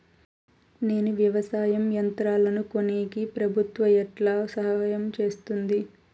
నేను వ్యవసాయం యంత్రాలను కొనేకి ప్రభుత్వ ఎట్లా సహాయం చేస్తుంది?